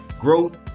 growth